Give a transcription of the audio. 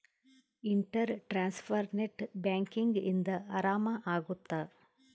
inter transfer net banking ಇಂದ ಆರಾಮ ಅಗುತ್ತ